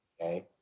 Okay